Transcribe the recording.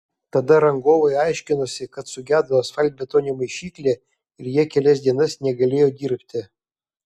tada rangovai aiškinosi kad sugedo asfaltbetonio maišyklė ir jie kelias dienas negalėjo dirbti